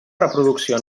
reproducció